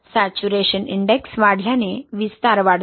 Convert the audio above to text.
saturation index वाढल्याने विस्तार वाढतो